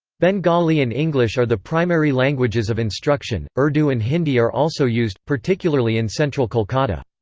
bengali and english are the primary languages of instruction urdu and hindi are also used, particularly in central kolkata.